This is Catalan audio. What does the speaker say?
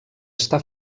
està